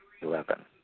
Eleven